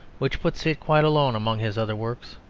which puts it quite alone among his other works.